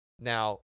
Now